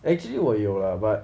actually 我有 lah but